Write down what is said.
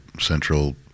central